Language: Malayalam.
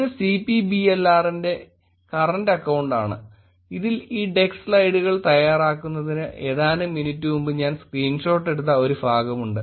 ഇത് CPBLR ന്റെ കറന്റ് അക്കൌണ്ടാണ് ഇതിൽ ഈ ഡെക്ക് സ്ലൈഡുകൾ തയ്യാറാക്കുന്നതിന് ഏതാനും മിനിറ്റ് മുമ്പ് ഞാൻ സ്ക്രീൻഷോട്ട് എടുത്ത ഒരു ഭാഗമുണ്ട്